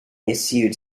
issued